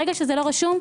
ברגע שזה לא רשום,